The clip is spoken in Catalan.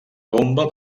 bomba